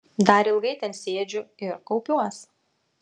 dar ilgai ten sėdžiu ir kaupiuos